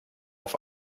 auf